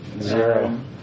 Zero